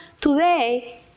today